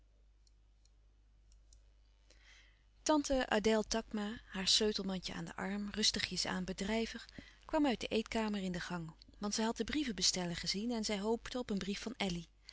tante adèle takma haar sleutelmandje aan den arm rustigjesaan bedrijvig kwam uit de eetkamer in de gang want zij had den brievenbesteller gezien en zij hoopte op een brief van elly